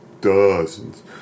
dozens